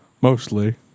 mostly